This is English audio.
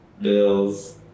bills